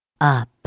up